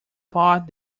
pot